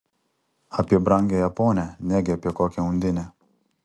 apie brangiąją ponią negi apie kokią undinę